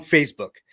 Facebook